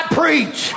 preach